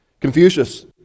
Confucius